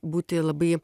būti labai